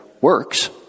works